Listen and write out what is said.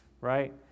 right